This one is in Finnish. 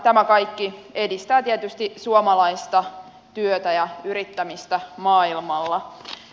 tämä kaikki edistää tietysti suomalaista työtä ja yrittämistä maailmalla